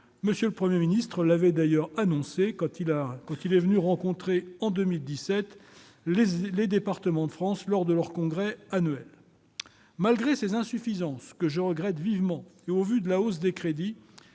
M. le Premier ministre l'avait d'ailleurs annoncé quand il a rencontré en 2017 les départements de France lors de leur congrès annuel. Malgré ces insuffisances que je regrette vivement et au vu de la hausse des crédits,